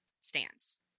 stance